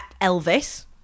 Elvis